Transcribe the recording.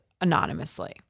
anonymously